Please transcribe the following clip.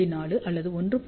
4 அல்லது 1